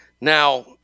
Now